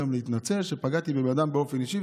ולהתנצל שפגעתי בבן אדם באופן אישי,